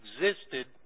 existed